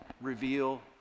reveal